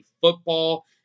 football